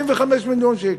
225 מיליון שקל.